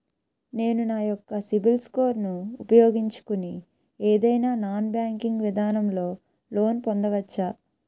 నేను నా యెక్క సిబిల్ స్కోర్ ను ఉపయోగించుకుని ఏదైనా నాన్ బ్యాంకింగ్ విధానం లొ లోన్ పొందవచ్చా?